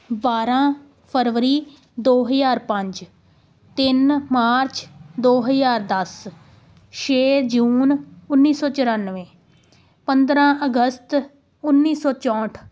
ਬਾਰਾਂ ਫਰਵਰੀ ਦੋ ਹਜ਼ਾਰ ਪੰਜ ਤਿੰਨ ਮਾਰਚ ਦੋ ਹਜ਼ਾਰ ਦਸ ਛੇ ਜੂਨ ਉੱਨੀ ਸੌ ਚੁਰਾਨਵੇਂ ਪੰਦਰਾਂ ਅਗਸਤ ਉੱਨੀ ਸੌ ਚੌਂਹਠ